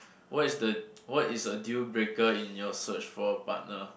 what is the what is the deal breaker in your search for a partner